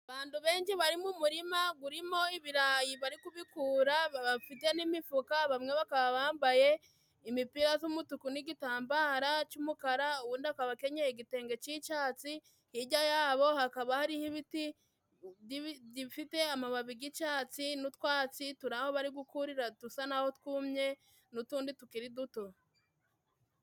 Abandu benji bari mu murima gurimo ibirayi bari kubikura bafite n'imifuka bamwe bambaye imipira z'umutuku, n'igitambara c'umukara uwundi akaba akenyeye igitenge c'icyatsi, hijya yabo hakaba hariho ibiti bifite amababi g'icatsi n'utwatsi turi aho bari gukurira dusa naho twumye n'utundi tukiri duto.